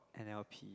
and I will pee